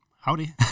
Howdy